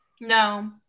No